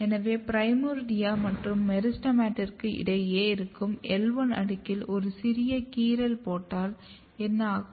எனவே பிரைமோர்டியா மற்றும் மெரிஸ்டெமிற்க்கு இடையே இருக்கும் L1 அடுக்கில் ஒரு சிறிய கீறல் போட்டால் என்ன ஆகும்